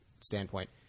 standpoint